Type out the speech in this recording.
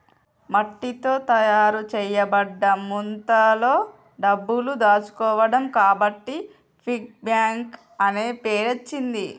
మట్టితో తయారు చేయబడ్డ ముంతలో డబ్బులు దాచుకోవడం కాబట్టి పిగ్గీ బ్యాంక్ అనే పేరచ్చింది